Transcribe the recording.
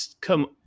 come